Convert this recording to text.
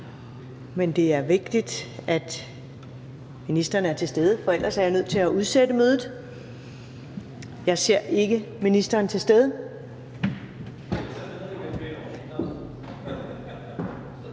men det er vigtigt, at ministeren er til stede, for ellers er jeg nødt til at udsætte mødet. Jeg ser ikke ministeren være til stede.